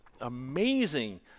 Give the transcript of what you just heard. amazing